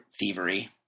thievery